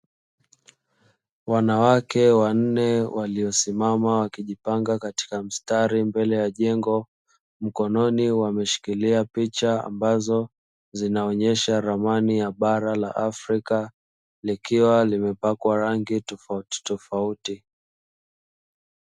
Wanawake wanne waliosimama wakijipanga katika mstari mbele ya jengo, mkononi wameshikilia picha ambazo zinaonyesha ramani ya bara la Afrika likiwa limepakwa rangi tofautitofauti.